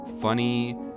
Funny